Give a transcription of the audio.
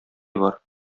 бар